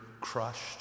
crushed